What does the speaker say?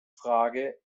frage